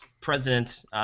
president –